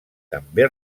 també